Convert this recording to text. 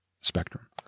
spectrum